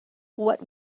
what